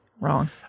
Wrong